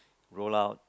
roll out